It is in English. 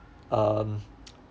um